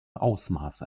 ausmaße